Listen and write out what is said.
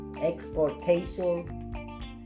exportation